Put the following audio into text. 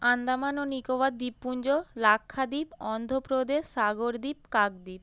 আন্দামান ও নিকোবর দ্বীপপুঞ্জ লাক্ষাদ্বীপ অন্ধ্রপ্রদেশ সাগরদ্বীপ কাকদ্বীপ